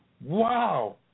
wow